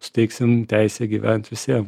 suteiksim teisę gyvent visiem